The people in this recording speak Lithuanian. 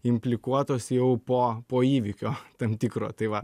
implikuotos jau po po įvykio tam tikro tai va